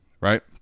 right